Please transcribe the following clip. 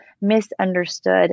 misunderstood